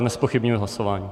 Nezpochybňuji hlasování.